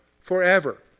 forever